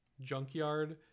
junkyard